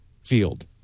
field